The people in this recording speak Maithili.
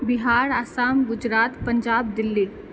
बिहार असम गुजरात पञ्जाब दिल्ली